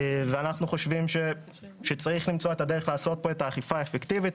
ואנחנו חושבים שצריך למצוא את הדרך לעשות פה את האכיפה אפקטיבית.